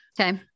Okay